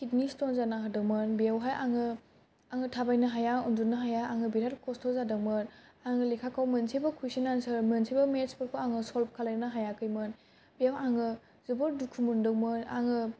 किदनि stone जाना होदोंमोन बेयावहाय आङो थाबायनो हाया उन्दुनो हाया आङो बिराथ खस्थ' जादोंमोन आङो लेखाखौ मोनसेबो कुइसन आनचार मोनसे बो मेटस फोरखौ आङो सल्ब खालामनो हायाखैमोन बाव आङो जोबोत दुखु मोनदोंमोन आङो